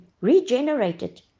regenerated